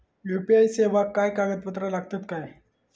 UPI सेवाक काय कागदपत्र लागतत काय?